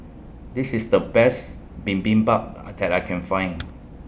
This IS The Best Bibimbap Are that I Can Find